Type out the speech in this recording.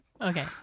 Okay